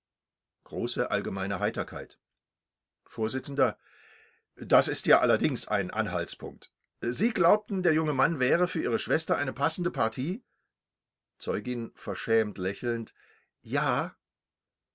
vors das ist ja allerdings ein anhaltspunkt sie glaubten der junge mann wäre für ihre schwester eine passende partie zeugin verschämt lächelnd ja